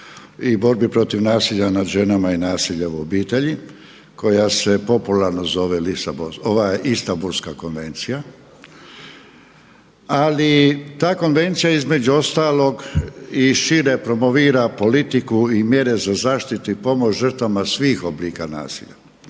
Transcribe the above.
i borbi protiv nasilja nad ženama i nasilja u obitelji koja se popularno zove Istambulska konvencija, ali ta konvencija između ostalog i šire promovira politiku i mjere za zaštitu i pomoć žrtvama svih oblika nasilja